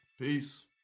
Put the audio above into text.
Peace